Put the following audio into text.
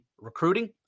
recruiting